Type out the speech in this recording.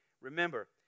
remember